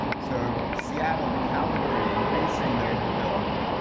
so seattle, calgary, what are you seeing there hill?